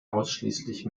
ausschließlich